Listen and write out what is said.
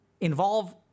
involve